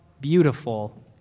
beautiful